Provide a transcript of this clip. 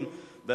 נתקבלה.